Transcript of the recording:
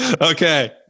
Okay